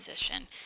position